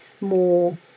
more